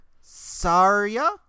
Saria